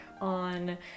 on